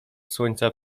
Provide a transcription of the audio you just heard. słońca